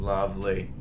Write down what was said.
Lovely